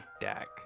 deck